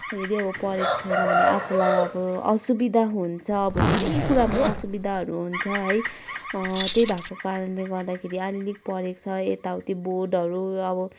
यदि अब पढेको छैन भने आफूलाई अब असुविधा हुन्छ अब धेरै कुरामा असुविधाहरू हुन्छ है त्यही भएको कारणले गर्दाखेरि अलिअलि पढेको छ यताउति बोर्डहरू अब